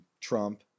Trump